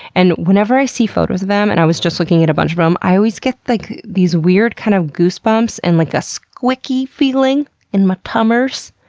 and whenever i see photos of them, and i was just looking at a bunch of them, um i always get like these weird kind of goosebumps and like a squicky feeling in my tummers.